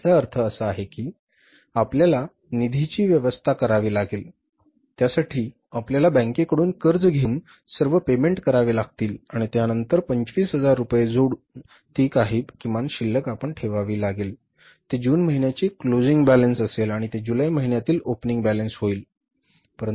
तर याचा अर्थ असा आहे की आपल्याला निधीची व्यवस्था करावी लागेल त्यासाठी आपल्याला बँकेकडून कर्ज घेऊन सर्व पेमेंट करावे लागतील आणि त्यानंतर 25000 रुपये सोडून जी काही किमान शिल्लक आपण ठेवली असेल ते जून महिन्याचे क्लोजिंग बॅलन्स असेल आणि ते जुलै महिन्यातील ओपनिंग बॅलन्स होईल